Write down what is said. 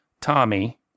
Tommy